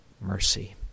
mercy